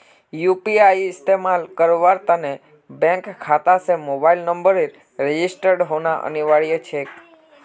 UPI इस्तमाल करवार त न बैंक खाता स मोबाइल नंबरेर रजिस्टर्ड होना अनिवार्य छेक